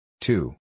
Two